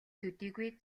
төдийгүй